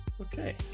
Okay